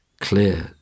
clear